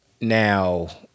Now